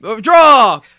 draw